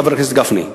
חבר הכנסת גפני,